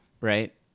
Right